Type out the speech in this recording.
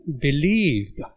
believed